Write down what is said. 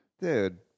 Dude